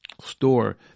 store